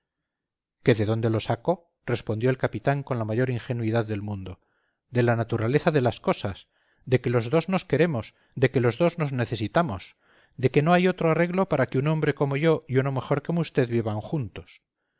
que de dónde lo saco respondió el capitán con la mayor ingenuidad del mundo de la naturaleza de las cosas de que los dos nos queremos de que los dos nos necesitamos de que no hay otro arreglo para que un hombre como yo y una mujer como usted vivan juntos